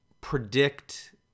Predict